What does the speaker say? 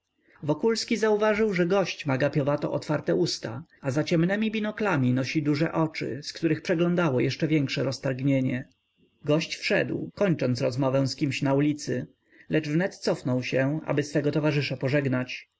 wokulski zauważył że gość ma gapiowato otwarte usta a za ciemnemi binoklami nosi duże oczy z których przeglądało jeszcze większe roztargnienie gość wszedł kończąc rozmowę z kimś na ulicy lecz wnet cofnął się aby swego towarzysza pożegnać